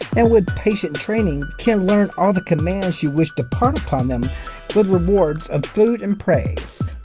and with patient training can learn all the commands you wish to impart upon them with rewards of food and praise.